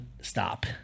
stop